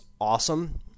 awesome